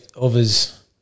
others